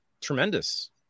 tremendous